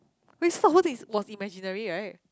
is was imaginary right